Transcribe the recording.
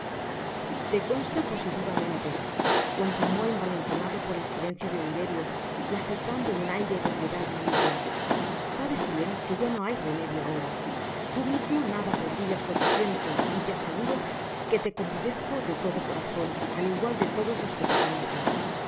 te consta positivamente continuo envalentonado por el silencio de oliverio y afectando un aire de piedad maligno sabes bien que ya no hay remedio ahora tu mismo nada podrias lo que siento y te aseguro que te compadezco de todo corazon al igual de todos los que te conocen